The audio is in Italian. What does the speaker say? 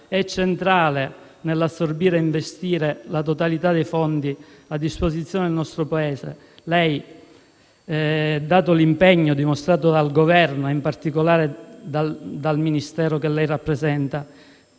e centrale nell'assorbire e investire la totalità dei fondi a disposizione del nostro Paese; considerato l'impegno dimostrato dal Governo e in particolare dal Ministero da lei rappresentato,